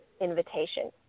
invitation